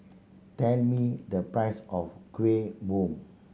tell me the price of Kuih Bom